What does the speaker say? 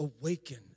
Awaken